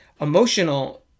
emotional